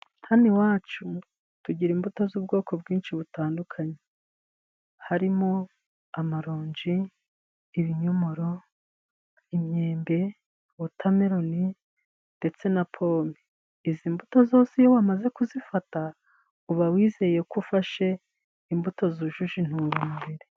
Hano iwacu tugira imbuto z'ubwoko bwinshi butandukanye, harimo: amaronji, ibinyomoro, imyembe, wotameloni ndetse na pome. Izi mbuto zose iyo wamaze kuzifata uba wizeye ko ufashe imbuto zujuje intungamubiri.